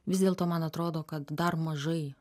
vis dėlto man atrodo kad dar mažai